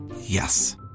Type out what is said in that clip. Yes